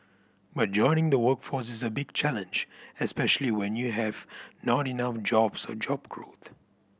but joining the workforce is a big challenge especially when you have not enough jobs or job growth